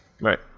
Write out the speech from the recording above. Right